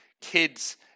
kids